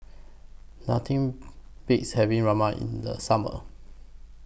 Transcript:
Nothing Beats having Ramen in The Summer